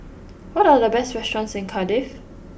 what are the best restaurants in Cardiff